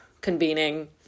convening